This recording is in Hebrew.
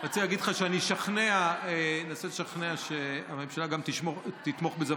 רציתי להגיד לך שאני אנסה לשכנע שהממשלה גם תתמוך בזה.